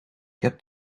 heb